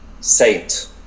saint